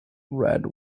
red